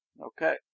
Okay